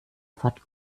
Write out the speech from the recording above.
wort